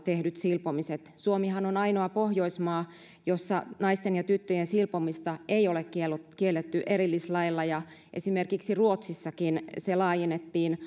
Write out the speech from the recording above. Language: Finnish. tehdyt silpomiset suomihan on ainoa pohjoismaa jossa naisten ja tyttöjen silpomista ei ole kielletty erillislailla ja esimerkiksi ruotsissakin se laajennettiin